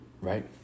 Right